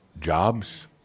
Jobs